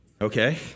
okay